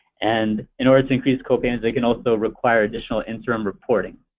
and in order to increase copayments they can also require additional interim reporting.